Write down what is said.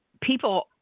people